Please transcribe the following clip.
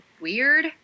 weird